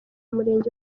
murenge